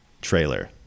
trailer